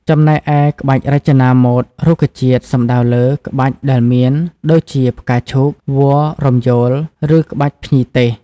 ចំណែកឯ ក្បាច់រចនាម៉ូដរុក្ខជាតិសំដៅលើ ក្បាច់ផ្កាដែលមានដូចជា ផ្កាឈូក វល្លិ៍រំយោល ឬក្បាច់ភ្ញីទេស។